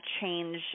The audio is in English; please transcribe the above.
change